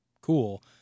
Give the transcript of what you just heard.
cool